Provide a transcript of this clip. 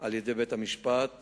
של בית-המשפט